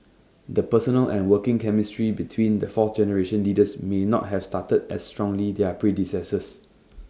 the personal and working chemistry between the fourth generation leaders may not have started as strongly their predecessors